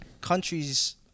countries